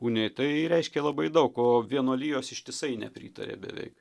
unijai tai reiškė labai daug o vienuolijos ištisai nepritarė beveik